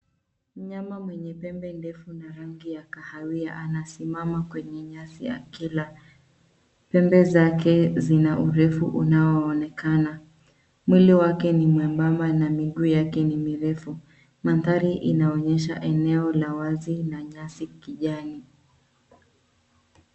Mnyama mwenye pembe ndefu na rangi ya kahawia anasimama kwenye nyasi akila. Pembe zake zina urefu unaoonekana. Mwili wake ni mwebamba na miguu yake ni mirefu. Mandhari inaonyesha eneo la wazi la nyasi kijani.